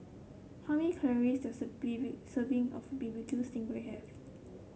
how many calories does a serving of B B Q sting ray have